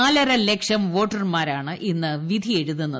നാലര ലക്ഷം വോട്ടർമാരാണ് ഇന്ന് വിധി എഴുതുന്നത്